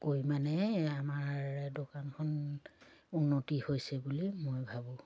কৈ মানে আমাৰ দোকানখন উন্নতি হৈছে বুলি মই ভাবোঁ